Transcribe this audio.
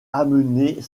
amener